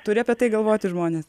turi apie tai galvoti žmonės